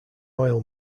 oil